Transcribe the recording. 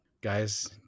guys